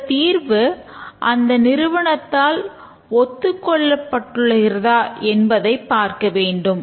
இந்தத் தீர்வு அந்த நிறுவனத்தால் ஒத்துக்கொள்ளப்படுகிறதா என்பதை பார்க்க வேண்டும்